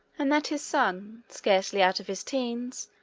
and that his son, scarcely out of his teens,